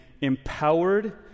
empowered